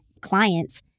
clients